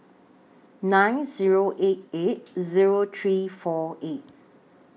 nine Zero eight eight Zero three four eight